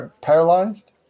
Paralyzed